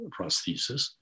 prosthesis